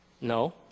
No